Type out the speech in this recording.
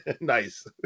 Nice